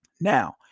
Now